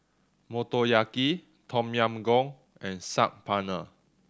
Motoyaki Tom Yam Goong and Saag Paneer